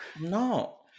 No